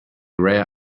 rare